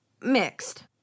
mixed